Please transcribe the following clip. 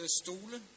stole